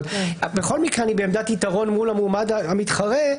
בכל מקרה אני בעמדת יתרון מול המועמד המתחרה,